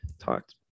talked